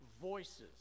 voices